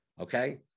Okay